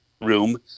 room